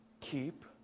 Keep